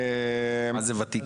מה זה ותיקין?